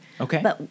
Okay